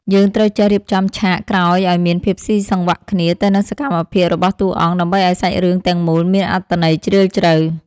យើងត្រូវចេះរៀបចំឆាកក្រោយឱ្យមានភាពស៊ីសង្វាក់គ្នាទៅនឹងសកម្មភាពរបស់តួអង្គ ដើម្បីឱ្យសាច់រឿងទាំងមូលមានអត្ថន័យជ្រាលជ្រៅ។